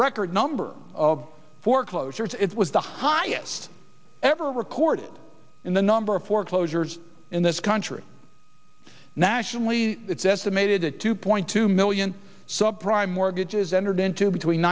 record number of foreclosures it was the highest ever recorded in the number of foreclosures in this country nationally it's estimated that two point two million sub prime mortgages entered into between